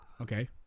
Okay